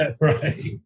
right